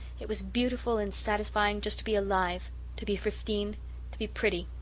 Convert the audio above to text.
it was beautiful and satisfying just to be alive to be fifteen to be pretty.